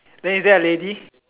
then is there a lady